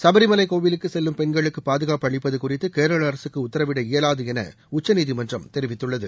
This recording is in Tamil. சபரிமலை கோவிலுக்கு செல்லும் பெண்களுக்கு பாதுகாப்பு அளிப்பது குறித்து கேரள அரசுக்கு உத்தரவிட இயலாது என உச்சநீதிமன்றம் தெரிவித்துள்ளது